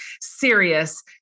serious